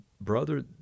brother